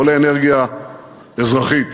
לא לאנרגיה אזרחית,